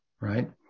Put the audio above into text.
right